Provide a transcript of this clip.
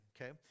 okay